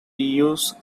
use